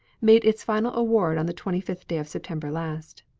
made its final award on the twenty fifth day of september last.